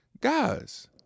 Guys